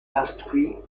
instruit